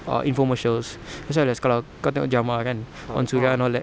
ah infomercials that's why there's kalau kau tengok jamaah kan one suria and all that